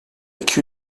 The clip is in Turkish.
iki